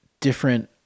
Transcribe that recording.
different